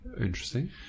Interesting